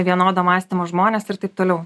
vienodo mąstymo žmones ir taip toliau